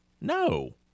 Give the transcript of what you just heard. No